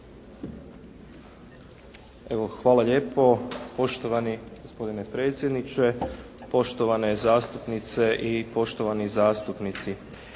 hvala lijepo poštovani gospodine predsjedniče, poštovane zastupnice i poštovani zastupnici.